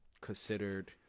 considered